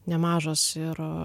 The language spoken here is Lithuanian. nemažas ir